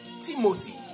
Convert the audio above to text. Timothy